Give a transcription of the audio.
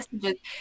messages